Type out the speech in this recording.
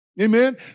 Amen